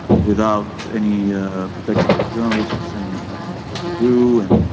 without any protection to journalists and and what they do. and